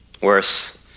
Worse